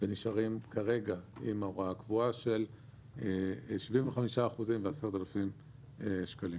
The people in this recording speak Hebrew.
ונשארים כרגע עם רמה קבועה של 75% ו-10,000 שקלים,